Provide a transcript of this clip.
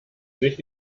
sich